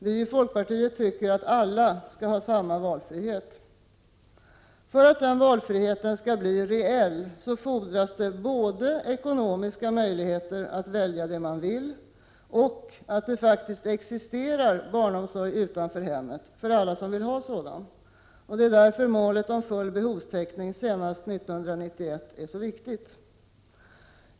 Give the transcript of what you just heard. Vi i folkpartiet tycker att alla skall ha samma valfrihet. För att valfriheten skall bli reell fordras både ekonomiska möjligheter att välja det man vill och att det faktiskt existerar barnomsorg utanför hemmet för alla som vill ha sådan. Det är därför målet om full behovstäckning senast 1991 är så viktigt.